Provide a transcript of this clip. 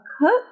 cook